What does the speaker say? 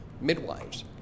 midwives